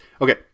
Okay